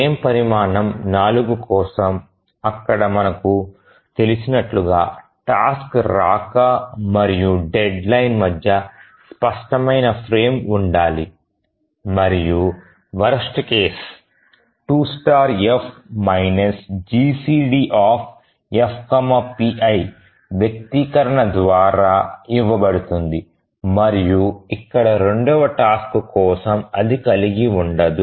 frame పరిమాణం 4 కోసం అక్కడ మనకు తెలిసినట్లుగా టాస్క్ రాక మరియు డెడ్లైన్ మధ్య స్పష్టమైన ఫ్రేమ్ ఉండాలి మరియు వరస్ట్ కేసు 2F GCDFpi వ్యక్తీకరణ ద్వారా ఇవ్వబడుతుంది మరియు ఇక్కడ రెండవ టాస్క్ కోసం అది కలిగి ఉండదు